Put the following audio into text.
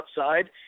outside